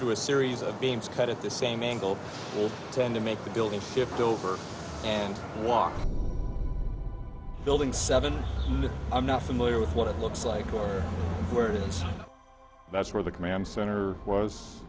through a series of bins cut at the same angle will tend to make the building shift over and walk building seven i'm not familiar with what it looks like or where this that's where the command center was